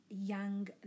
young